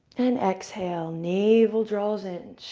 and exhale. navel draws in.